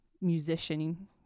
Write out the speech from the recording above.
musician